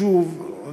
ליישוב,